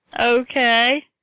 Okay